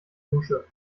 dusche